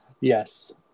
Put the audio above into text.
Yes